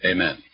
Amen